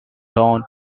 tone